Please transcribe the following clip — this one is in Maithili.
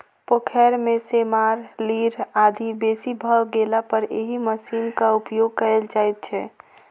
पोखैर मे सेमार, लीढ़ इत्यादि बेसी भ गेलापर एहि मशीनक उपयोग कयल जाइत छै